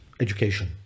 education